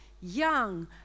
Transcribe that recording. young